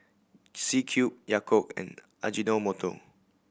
C Cube Yakult and Ajinomoto